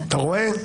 אתה רואה?